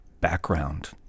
background